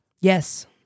Yes